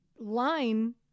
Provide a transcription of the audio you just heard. line